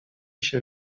się